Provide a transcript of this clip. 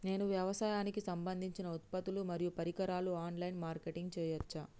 నేను వ్యవసాయానికి సంబంధించిన ఉత్పత్తులు మరియు పరికరాలు ఆన్ లైన్ మార్కెటింగ్ చేయచ్చా?